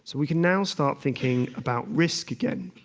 so we can now start thinking about risk again.